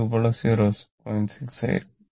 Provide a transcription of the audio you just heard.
6 ആയിരിക്കും